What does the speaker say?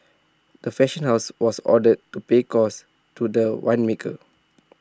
the fashion house was ordered to pay costs to the winemaker